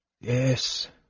Yes